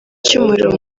cy’umuriro